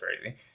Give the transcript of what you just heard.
crazy